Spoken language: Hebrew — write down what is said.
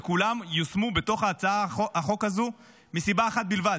וכולם יושמו בתוך הצעת החוק הזו מסיבה אחת בלבד: